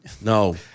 No